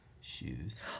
shoes